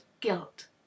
guilt